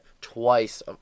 twice